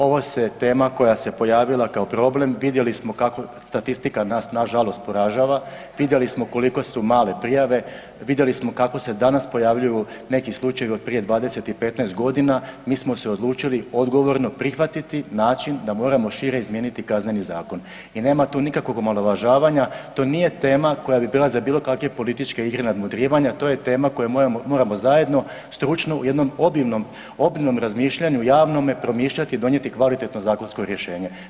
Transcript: Ovo se tema koja se pojavila kao problem, vidjeli smo kako statistika nas nažalost poražava, vidjeli smo koliko su male prijave, vidjeli smo kako se danas pojavljuju neki slučajevi od prije 20 i 15 godina, mi smo se odlučili odgovorno prihvatiti način da moramo šire izmijeniti Kazneni zakon i nema tu nikakvog omalovažavanja, to nije tema koja bi prelazila bilo kave političke igre nadmudrivanja, to je tema koju moramo zajedno, stručno u jednom obimom, obimom razmišljanju javnom promišljati i donijeti kvalitetno zakonsko rješenje.